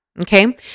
Okay